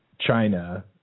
China